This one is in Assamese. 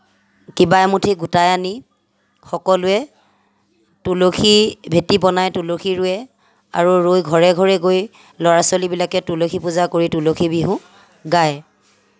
কিবা এমুঠি গোটাই আনি সকলোৱে তুলসী ভেটি বনাই তুলসী ৰুৱে আৰু ৰুই ঘৰে ঘৰে গৈ ল'ৰা ছোৱালীবিলাকে তুলসী পূজা কৰি তুলসী বিহু গায়